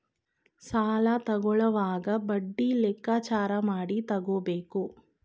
ಸಾಲ ತಕ್ಕೊಳ್ಳೋವಾಗ ಬಡ್ಡಿ ಲೆಕ್ಕಾಚಾರ ಮಾಡಿ ತಕ್ಕೊಬೇಕು